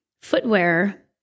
footwear